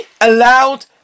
allowed